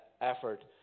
effort